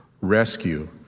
rescue